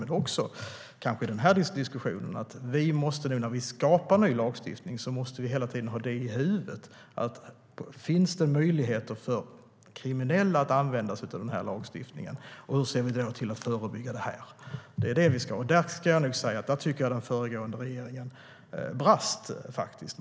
Men när det gäller den här diskussionen måste vi, nu när vi skapar ny lagstiftning, hela tiden ha i huvudet om det finns möjligheter för kriminella att använda sig av denna lagstiftning och hur vi ser till att förebygga detta. Där tycker jag att den föregående regeringen faktiskt brast.